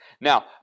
Now